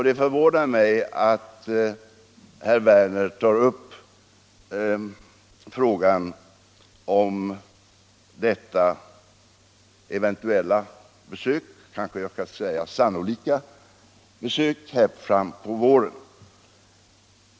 Det förvånar mig att herr Werner tar upp frågan om detta eventuella —- kanske jag skall säga sannolika — besök fram på våren.